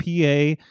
PA